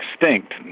extinct